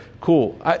cool